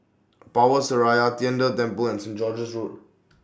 Power Seraya Tian De Temple and Saint George's Road